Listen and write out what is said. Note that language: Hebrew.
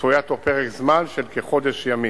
צפויה תוך פרק זמן של כחודש ימים.